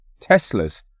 Teslas